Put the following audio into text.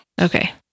Okay